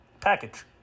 Package